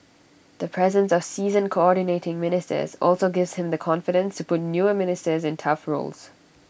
the presence of seasoned Coordinating Ministers also gives him the confidence to put newer ministers in tough roles